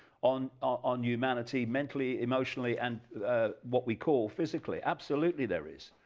on on humanity, mentally, emotionally and what we call physically? absolutely there is,